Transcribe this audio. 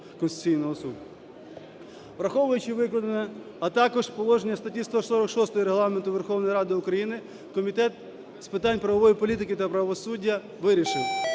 Враховуючи викладене, а також положення статті 146 Регламенту Верховної Ради України, Комітет з питань правової політики та правосуддя вирішив: